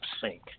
sink